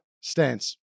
stance